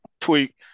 tweak